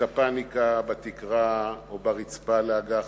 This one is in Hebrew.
את הפניקה בתקרה או ברצפה לאג"חים.